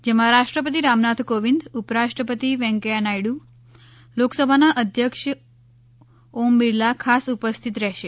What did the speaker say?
જેમાં રાષ્ટ્રપતિ રામનાથ કોવિંદ ઉપરાષ્ટ્રપતિ વૈંકેયા નાયડ્ર લોકસભાના અધ્યક્ષ ઓમ બિરલા ખાસ ઉપસ્થિત રહેશે